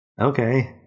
Okay